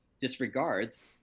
disregards